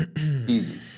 easy